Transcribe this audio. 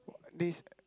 this